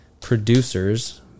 producers